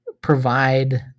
provide